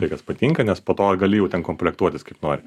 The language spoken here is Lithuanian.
tai kas patinka nes po to gali jau ten komplektuotis kaip nori